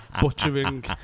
butchering